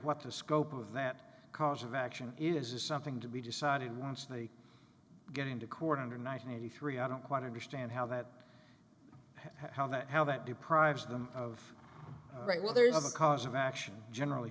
what the scope of that cause of action is is something to be decided once they get into court under ninety three i don't quite understand how that how that how that deprives them of right well there's a cost of action generally